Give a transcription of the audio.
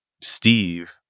Steve